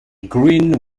green